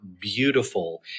beautiful